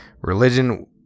Religion